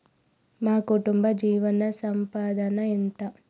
మా కుటుంబ జీవన సంపాదన ఎంత?